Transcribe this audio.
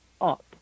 up